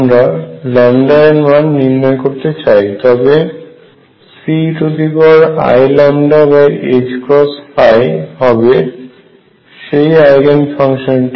আমরা λ এর মান নির্ণয় করতে চাই তবে Ceiλℏহবে সেই আইগেন ফাংশনটি